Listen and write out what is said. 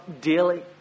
daily